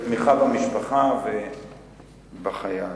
תמיכה במשפחה ובחייל.